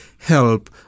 help